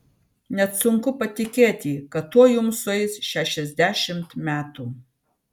net sunku patikėti kad tuoj jums sueis šešiasdešimt metų